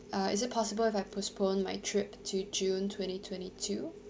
uh is it possible if I postpone my trip to june twenty twenty two